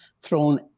thrown